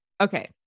okay